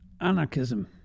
anarchism